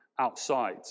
outside